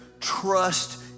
trust